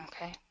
Okay